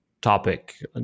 topic